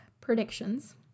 predictions